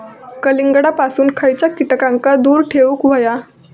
कलिंगडापासून खयच्या कीटकांका दूर ठेवूक व्हया?